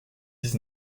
dix